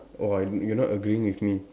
oh you are not agreeing with me